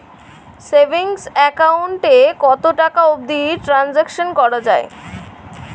Savings account এ কতো টাকা অবধি ট্রানসাকশান করা য়ায়?